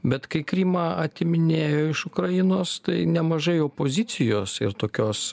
bet kai krymą atiminėjo iš ukrainos tai nemažai opozicijos ir tokios